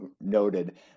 noted